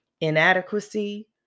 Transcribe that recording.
inadequacy